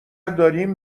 داریم